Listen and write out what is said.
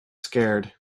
scared